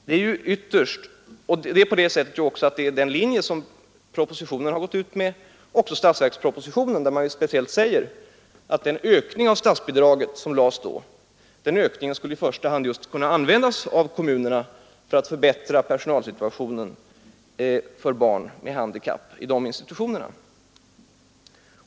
Detta är också den linje som förordas i propositionen, liksom i statsverkspropositionen, där man ju speciellt sade att den föreslagna ökningen av statsbidraget skulle i första hand kunna användas av kommunerna för att förbättra personalsituationen i de institutioner där barn med handikapp var integrerade.